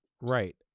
Right